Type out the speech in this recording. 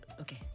okay